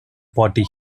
party